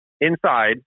inside